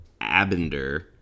Abender